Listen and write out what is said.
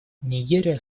нигерия